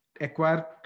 acquire